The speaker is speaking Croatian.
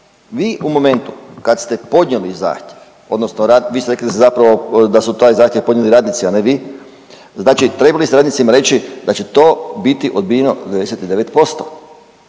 Vi u momentu kad ste podnijeli zahtjev, odnosno vi ste rekli zapravo da su taj zahtjev podnijeli radnici a ne vi. Znači trebali ste radnicima reći da će to biti odbijeno 99%.